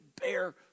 bear